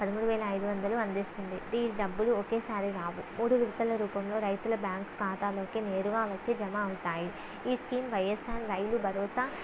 పదమూడు వేల ఐదు వందలు అందిస్తుంది ఈ డబ్బులు ఒకేసారి రావు మూడు విడతల రూపంలో రైతుల బ్యాంకు ఖాతాలోకి నేరుగా వచ్చి జమ అవుతాయి ఈ స్కీం వైయస్సార్ రైతు భరోసా